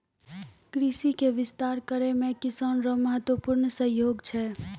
कृषि के विस्तार करै मे किसान रो महत्वपूर्ण सहयोग छै